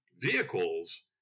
vehicles